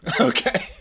Okay